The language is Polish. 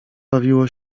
bawiło